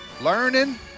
learning